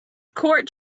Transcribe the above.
court